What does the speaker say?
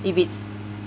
if it's